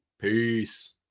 Peace